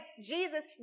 Jesus